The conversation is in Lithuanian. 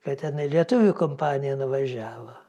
kad tenai lietuvių kompanija nuvažiavo